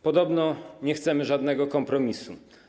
Podobno nie chcemy żadnego kompromisu.